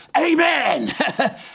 amen